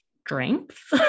strength